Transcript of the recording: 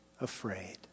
afraid